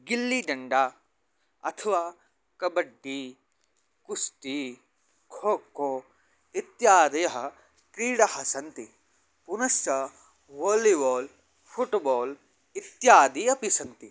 गिल्लिदण्डा अथ्व कबड्डि कुस्ति खोको इत्यादयः क्रीडाः सन्ति पुनश्च वोलोवाल् फ़ुट्बाल् इत्यादि अपि सन्ति